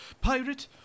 Pirate